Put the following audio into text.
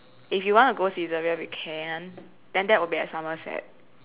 if you want to go Saizeriya we can then that will be at Somerset